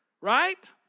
right